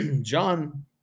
John